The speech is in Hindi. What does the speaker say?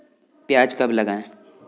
प्याज कब लगाएँ?